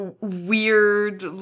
weird